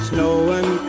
Snowing